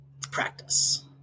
practice